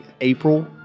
April